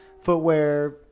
Footwear